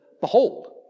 Behold